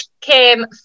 came